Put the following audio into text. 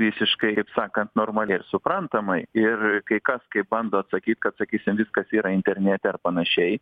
visiškai kaip sakant normaliai ir suprantamai ir kai kas kai bando atsakyt kad sakysim viskas yra internete ar panašiai